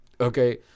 Okay